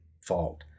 fault